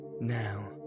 Now